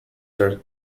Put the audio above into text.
tait